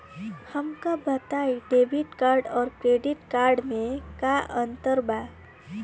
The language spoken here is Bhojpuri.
हमका बताई डेबिट कार्ड और क्रेडिट कार्ड में का अंतर बा?